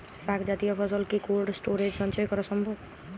শাক জাতীয় ফসল কি কোল্ড স্টোরেজে সঞ্চয় করা সম্ভব?